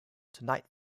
tonight